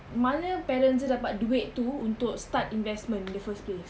mana parents dia dapat duit tu untuk start investment in the first place